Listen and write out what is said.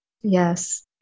Yes